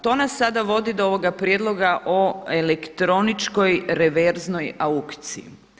To nas sada vodi do ovoga prijedloga o elektroničkoj reverznoj aukciji.